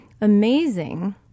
amazing